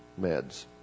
meds